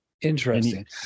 interesting